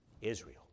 Israel